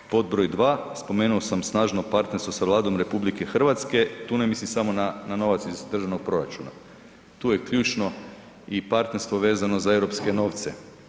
Pod broj dva, spomenuo sam snažno partnerstvo sa Vladom RH, tu ne mislim samo na novac iz državnog proračuna, tu je ključno i partnerstvo vezano za europske novce.